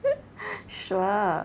sure